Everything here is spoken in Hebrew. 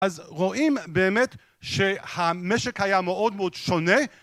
אז רואים באמת שהמשק היה מאוד מאוד שונה